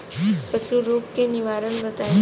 पशु रोग के निवारण बताई?